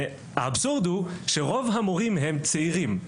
האבסורד הוא שרוב המורים הם צעירים,